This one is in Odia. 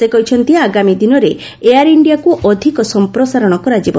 ସେ କହିଛନ୍ତି ଆଗାମୀ ଦିନରେ ଏୟାର ଇଣ୍ଡିଆକୁ ଅଧିକ ସଂପ୍ରସାରଣ କରାଯିବ